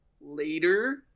later